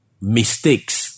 mistakes